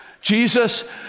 Jesus